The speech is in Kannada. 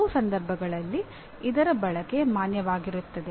ಹಲವು ಸಂದರ್ಭಗಳಲ್ಲಿ ಇದರ ಬಳಕೆ ಮಾನ್ಯವಾಗಿರುತ್ತದೆ